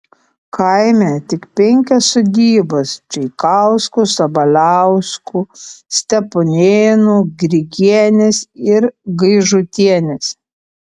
kaime tik penkios sodybos čeikauskų sabaliauskų steponėnų grigienės ir gaižutienės